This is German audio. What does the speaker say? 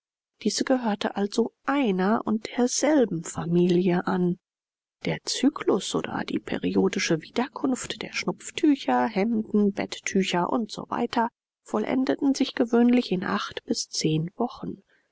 diese gehörte also einer und derselben familie an der zyklus oder die periodische wiederkunft der schnupftücher hemden bettücher und so weiter vollendeten sich gewöhnlich in acht bis zehn wochen